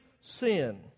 sin